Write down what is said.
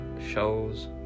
shows